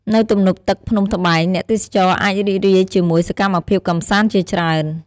នៅទំនប់ទឹកភ្នំត្បែង អ្នកទេសចរណ៍អាចរីករាយជាមួយសកម្មភាពកម្សាន្តជាច្រើន។